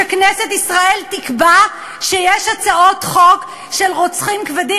שכנסת ישראל תקבע שרוצחים כבדים,